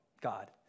God